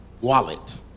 wallet